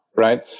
Right